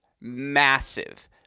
massive